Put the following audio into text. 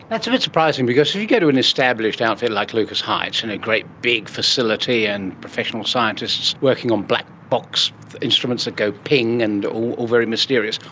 that's a bit surprising because if you go to an established outfit like lucas heights, and great big facility and professional scientists working on black box instruments that go ping and all very mysterious,